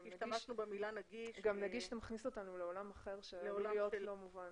גם המילה נגיש מכניסה אותנו לעולם אחר שעלול להיות לא מובן